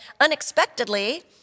unexpectedly